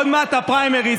עוד מעט הפריימריז,